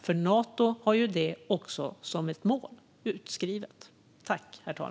Också Nato har detta som ett utskrivet mål.